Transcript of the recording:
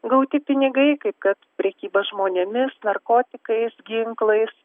gauti pinigai kaip prekyba žmonėmis narkotikais ginklais